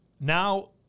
now